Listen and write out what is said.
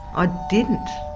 i didn't.